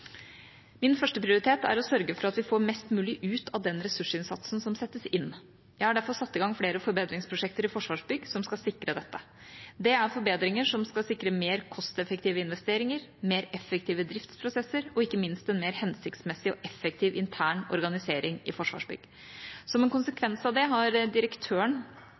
Min første prioritet er å sørge for at vi får mest mulig ut av den ressursinnsatsen som settes inn. Jeg har derfor satt i gang flere forbedringsprosjekter i Forsvarsbygg som skal sikre dette. Det er forbedringer som skal sikre mer kosteffektive investeringer, mer effektive driftsprosesser og ikke minst en mer hensiktsmessig og effektiv intern organisering i Forsvarsbygg. Som en konsekvens av det er direktøren